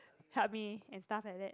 help me and stuff like that